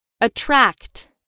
Attract